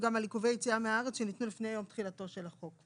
גם על עיכובי יציאה מהארץ שניתנו לפני יום תחילתו של החוק.